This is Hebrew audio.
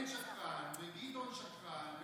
כולם שם שקרנים.